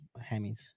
hammies